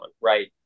right